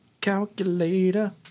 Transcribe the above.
Calculator